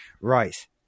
Right